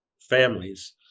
families